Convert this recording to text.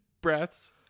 breaths